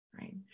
right